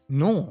no